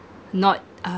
not uh